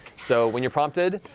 so, when you're prompted,